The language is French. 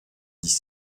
dix